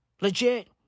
Legit